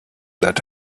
that